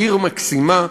עיר מקסימה,